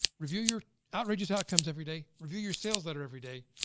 review your outrageous outcomes every day, review your sales letter every day,